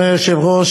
אדוני היושב-ראש,